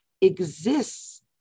exists